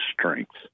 strengths –